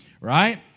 Right